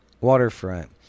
waterfront